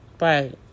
Right